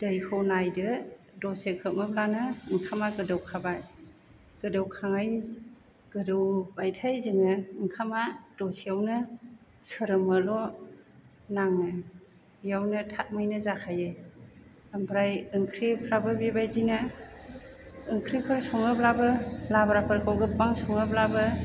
दैखौ नायदो दसे खोबोब्लानो ओंखामा गोदौखाबाय गोदौखांनायनि गोदौबाथाय जोङो ओंखामा दसेयावनो सोरोमोल' नाङो बेयावनो थाबैनो जाखायो ओमफ्राइ ओंख्रिफ्राबो बेबायदिनो ओंख्रिफोर सङोब्लाबो लाब्राफोरखौ गोबां सङोब्लाबो